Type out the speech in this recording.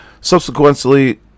Subsequently